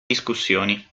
discussioni